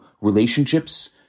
relationships